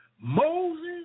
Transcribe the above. Moses